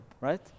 Right